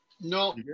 no